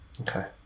Okay